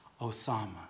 Osama